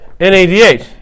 NADH